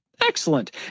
Excellent